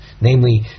namely